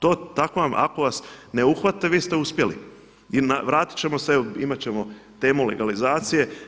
To, tako ako vas ne uhvate vi ste uspjeli i vratit ćemo se, evo imat ćemo temu legalizacije.